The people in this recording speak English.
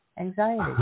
Anxiety